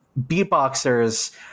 beatboxers